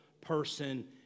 person